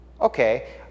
okay